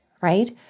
right